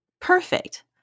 Perfect